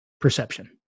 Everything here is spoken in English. perception